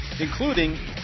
including